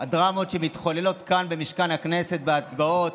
הדרמות שמתחוללות כאן, במשכן הכנסת, בהצבעות,